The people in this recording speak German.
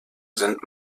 sind